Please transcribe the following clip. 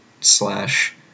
slash